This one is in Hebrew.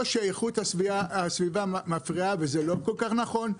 שאיכות הסביבה מפריעה וזה לא כל כך נכון.